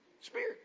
Spirit